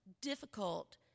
difficult